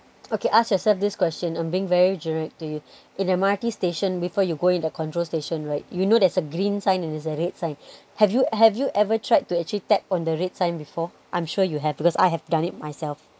okay ask yourself this question I'm being very generic to you in a M_R_T station before you go into control station right you know there's a green sign and a red sign have you have you ever tried to actually tap on the red sign before I'm sure you have because I have done it myself